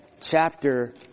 chapter